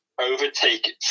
overtake